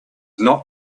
not